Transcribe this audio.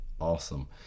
Awesome